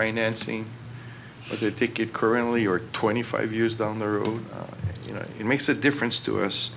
the ticket currently or twenty five years down the road you know it makes a difference to us